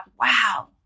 wow